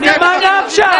תראה מה אתה גורר.